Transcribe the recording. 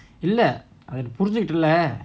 இல்லஅதநீபுரிஞ்சிகிட்டேல:illa atha ni purinchikittela